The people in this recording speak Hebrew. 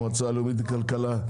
את המועצה הלאומית לכלכלה,